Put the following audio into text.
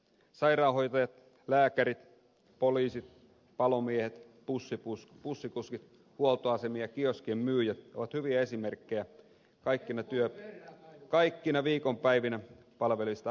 sairaanhoitajat lääkärit poliisit palomiehet bussikuskit huoltoasemien ja kioskien myyjät ovat hyviä esimerkkejä kaikkina viikonpäivinä palvelevista ammattiryhmistä